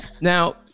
Now